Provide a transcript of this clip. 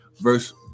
verse